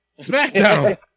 SmackDown